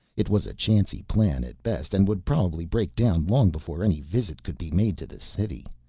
it was a chancy plan at best, and would probably break down long before any visit could be made to the city.